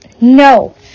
No